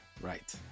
right